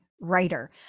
writer